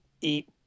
eat